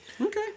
Okay